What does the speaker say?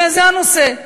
זה הנושא.